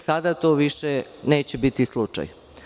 Sada to više neće biti slučaj.